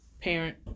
parent